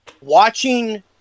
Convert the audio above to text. watching